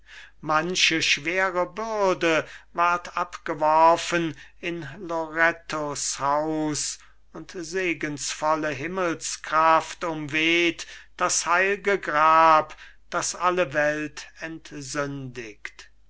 manche schwere bürde ward abgeworfen in lorettos haus und segensvolle himmelskraft umweht das heil'ge grab das alle welt entsündigt